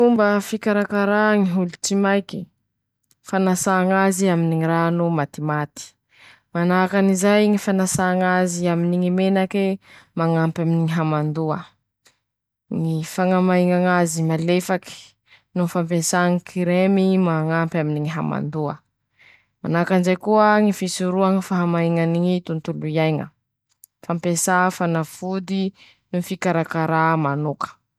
Fomba hitsaboa rangotsy na kinky kelikely: -Fañadiova ñy faritsy maratsy, -Manahaky anizay ñy fampiasa kiremy na ñy fanafody mañampy aminy ñy fitsaboa, -Manahaky an'izay koa ñy fampiasa ñy fitaova manoka; -Ñy fisoroha aminy ñy faharetany ñy rangotsy na ñy kinky amin-teñ'eñy.